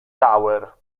tower